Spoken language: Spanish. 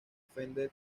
fender